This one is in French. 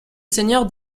seigneur